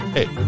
Hey